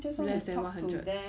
less than one hundred